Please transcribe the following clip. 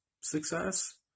success